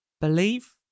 believe